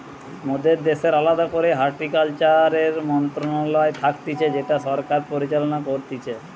মোদের দ্যাশের আলদা করেই হর্টিকালচারের মন্ত্রণালয় থাকতিছে যেটা সরকার পরিচালনা করতিছে